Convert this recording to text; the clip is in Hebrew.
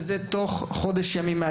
תוך חודש ימים.